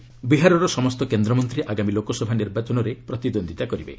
Bihar election ବିହାରର ସମସ୍ତ କେନ୍ଦ୍ରମନ୍ତ୍ରୀ ଆଗାମୀ ଲୋକସଭା ନିର୍ବାଚନରେ ପ୍ରତିଦ୍ୱନ୍ଦିତା କରିବେ